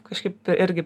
kažkaip irgi